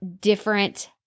different